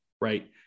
right